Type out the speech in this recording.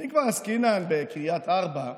ואם כבר עסקינן בקריית ארבע,